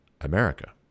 America